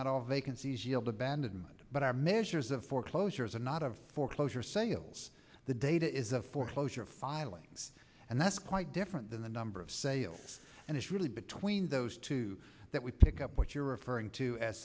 not all vacancies yield abandonment but are measures of foreclosures and not of foreclosure sales the data is a foreclosure filings and that's quite different than the number of sales and it's really between those two that we pick up what you're referring to as